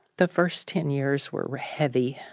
the first ten years were heavy.